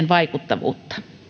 vaikuttavuutta